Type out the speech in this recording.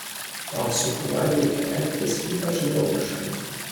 toks su kuriuo reikia elgtis ypač draugiškai